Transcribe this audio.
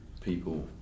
people